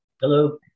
Hello